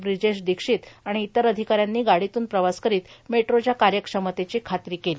ब्रिजेश दीक्षित आणि इतर अधिकाऱ्यांनी गाडीतून प्रवास करीत मेट्रोच्या कार्यक्षमतेची खात्री केली